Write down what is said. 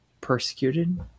persecuted